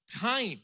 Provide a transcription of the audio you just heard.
time